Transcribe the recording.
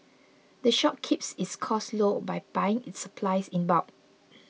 the shop keeps its costs low by buying its supplies in bulk